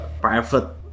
private